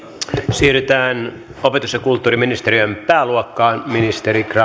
siirrytään opetus ja kulttuuriministeriön pääluokkaan ministeri grahn